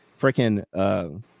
freaking